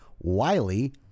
Wiley